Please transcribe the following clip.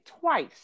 twice